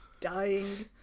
dying